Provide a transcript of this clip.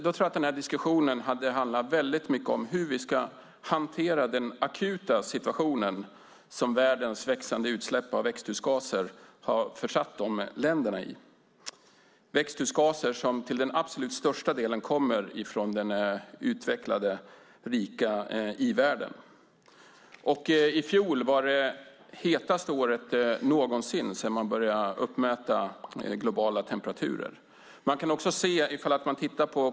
Då hade diskussionen handlat om hur vi ska hantera den akuta situationen som världens växande utsläpp av växthusgaser har försatt de länderna i. Växthusgaserna kommer till den absolut största delen från den utvecklade rika i-världen. I fjol var det hetaste året någonsin sedan de globala temperaturerna började mätas.